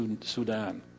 Sudan